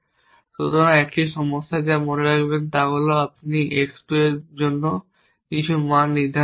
সুতরাং 1টি সমস্যা যা মনে রাখবেন তা হল আপনি x 2 এর জন্য কিছু মান নির্ধারণ করেছেন